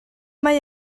mae